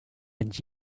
and